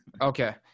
Okay